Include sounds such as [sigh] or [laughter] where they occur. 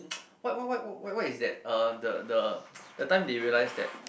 [noise] what what what what is that uh the the that time they realised that